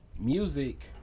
music